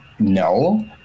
No